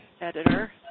editor